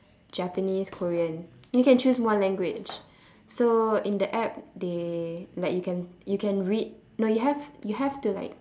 japanese korean you can choose one language so in the app they like you can you can read no you have you have to like